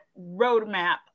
roadmap